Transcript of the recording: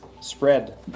spread